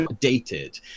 dated